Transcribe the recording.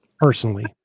Personally